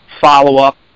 follow-up